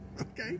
Okay